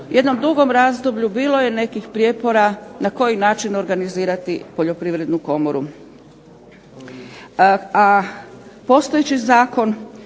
jednom dugom razdoblju bilo je nekih prijepora na koji način organizirati Poljoprivrednu komoru.